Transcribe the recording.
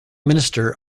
minister